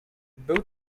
był